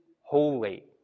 holy